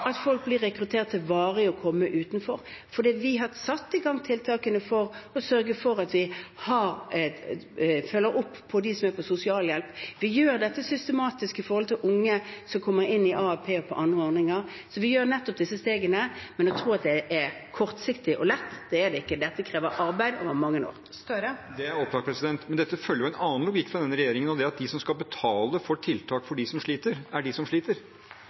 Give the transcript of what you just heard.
at folk blir rekruttert til varig å komme utenfor. Vi har satt i gang tiltakene for å sørge for å følge opp dem som er på sosialhjelp. Vi gjør dette systematisk for unge som kommer inn i AAP og andre ordninger. Vi gjør nettopp disse stegene. Men å tro at det er kortsiktig og lett – det er det ikke. Dette krever arbeid over mange år. Jonas Gahr Støre – til oppfølgingsspørsmål. Det er opplagt, men dette følger en annen logikk fra denne regjeringen, og det er at de som skal betale for tiltak for dem som sliter, er de som sliter.